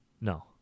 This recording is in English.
No